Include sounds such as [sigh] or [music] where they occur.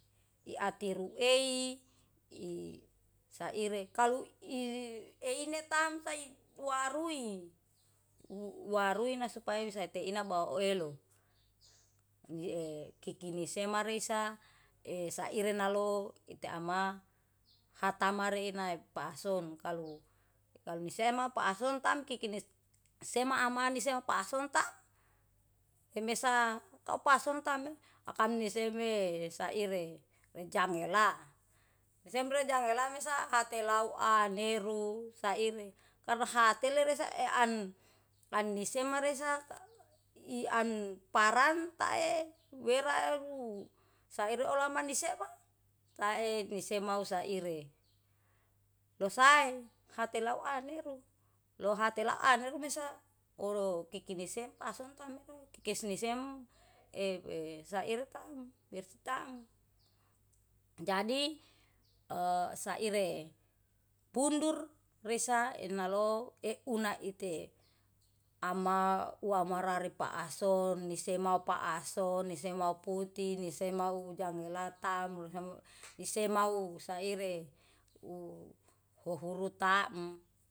Iati tiru ei, i saire kalu i einitam sai warui, warui nasupai bisa taina mau elo. E kikini semarisa e saire nalo itiama hatamare napahson kalu kalu nisema pahason tam kikini sema amani pahsonta seme sa pahsonta me akame seme e saire rejangla. Semre rejangla mesa hatelau ane ru saire karena hatelere saean an nisemaresam ka in an parantae weraru saera olamanisefa taine semamau saire. Losae hatelauaneru lohate lauan rumesa oro kikini sempa satonsa meroke kikini sem e saire tam wir stam. Jadi e [hesitation] saire pundur resa enalo euna ite ama wamarare paahson nisema paahson nisema puti nisemau jangalatam [unintelligible] nisemau saire u hohuru taem.